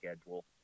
schedule